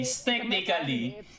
technically